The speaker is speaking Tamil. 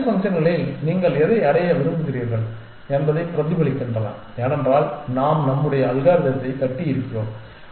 ஃபிட்னஸ் ஃபங்ஷன்களில் நீங்கள் எதை அடைய விரும்புகிறீர்கள் என்பதைப் பிரதிபலிக்கின்றன ஏனென்றால் நாம் நம்முடைய அல்காரிதத்தை கட்டியிருக்கிறோம்